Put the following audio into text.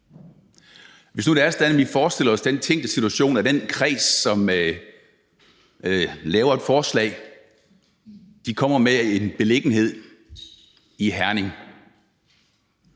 Hvis nu det er sådan, at vi forestiller os den tænkte situation, at den kreds, som laver et forslag, kommer med en beliggenhed i Herning,